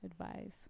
advise